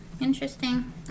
Interesting